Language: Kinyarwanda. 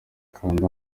kanda